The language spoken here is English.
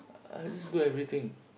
I just do everything